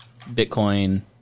Bitcoin